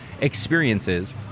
experiences